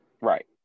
Right